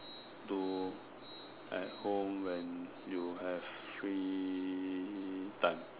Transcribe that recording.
do at home when you have free time